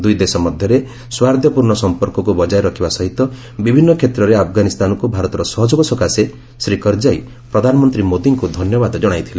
ଦୁଇ ଦେଶ ମଧ୍ୟରେ ସୌହାର୍ଦ୍ଦ୍ୟପୂର୍ଣ୍ଣ ସଂପର୍କକୁ ବଜାୟ ରଖିବା ସହିତ ବିଭିନ୍ନ କ୍ଷେତ୍ରରେ ଆଫଗାନିସ୍ତାନକୁ ଭାରତର ସହଯୋଗ ସକାଶେ ଶ୍ରୀ କରଜାଇ ପ୍ରଧାନମନ୍ତ୍ରୀ ମୋଦୀଙ୍କୁ ଧନ୍ୟବାଦ ଜଣାଇଥିଲେ